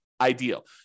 ideal